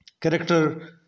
character